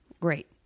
Great